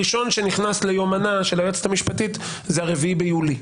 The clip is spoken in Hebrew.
הראשון שנכנס ליומנה של היועצת המשפטית זה ה-4 ביולי.